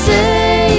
Say